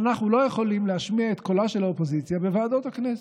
לא יכול להשמיע את קולה של האופוזיציה בוועדות הכנסת.